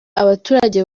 abaturage